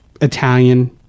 Italian